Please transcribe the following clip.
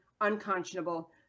unconscionable